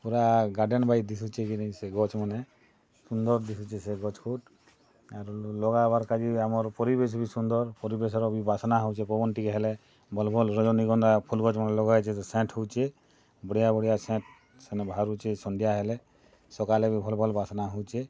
ପୂରା ଗାର୍ଡ଼ନ୍ ବାଇ ଦିଶୁଛେ କେ ନେଇ ସେ ଗଛ୍ ମାନେ ସୁନ୍ଦର୍ ଦିଶୁଛେ ସେ ଗଛ୍ କୁଟ୍ ଆରୁ ଲଗାବାର କାଜେ ବି ଆମର୍ ପରିବେଶ୍ ବି ସୁନ୍ଦର୍ ପରିବେଶ୍ ର ବି ବାସ୍ନା ବି ହଉଛେ ପବନ୍ ଟିକେ ହେଲେ ଭଲ୍ ଭଲ୍ ରଜନୀଗନ୍ଧା ଫୁଲ୍ ଗଛ୍ ମାନ୍ ଲଗା ହେଇଛେ ତ ସେଣ୍ଟ୍ ହଉଛି ବଢ଼ିଆ ବଢ଼ିଆ ସେଣ୍ଟ୍ ସେନେ ବାହାରୁଛି ସନ୍ଧ୍ୟା ହେଲେ ସକାଲେ ବି ଭଲ୍ ଭଲ୍ ବାସ୍ନା ହଉଛେ